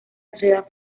sociedad